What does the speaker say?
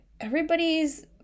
everybody's